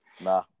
Nah